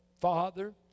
Father